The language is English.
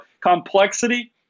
complexity